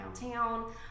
downtown